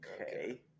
okay